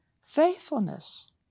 faithfulness